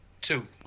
Two